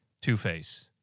Two-Face